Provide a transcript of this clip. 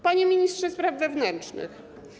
Panie Ministrze Spraw Wewnętrznych!